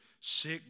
sick